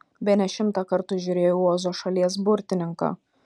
bene šimtą kartų žiūrėjau ozo šalies burtininką